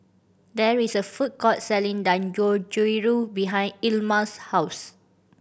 there is a food court selling Dangojiru behind Ilma's house